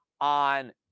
on